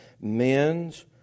Men's